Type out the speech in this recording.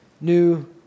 new